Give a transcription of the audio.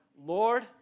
Lord